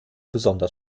besonders